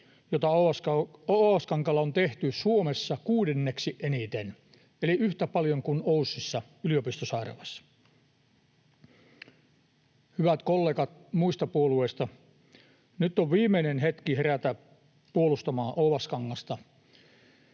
jota Oulaskankaalla on tehty Suomessa kuudenneksi eniten, eli yhtä paljon kuin OYSissa, yliopistosairaalassa. Hyvät kollegat muista puolueista, nyt on viimeinen hetki herätä puolustamaan Oulaskangasta.